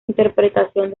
interpretación